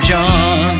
John